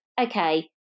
okay